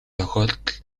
тохиолдол